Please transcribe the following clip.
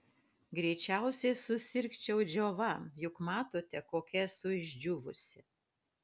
greičiausiai susirgčiau džiova juk matote kokia esu išdžiūvusi